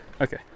Okay